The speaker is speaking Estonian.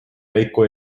käiku